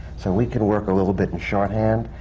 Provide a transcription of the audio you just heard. so we can work a little bit in shorthand.